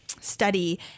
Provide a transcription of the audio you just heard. study